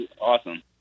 awesome